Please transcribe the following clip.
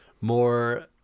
more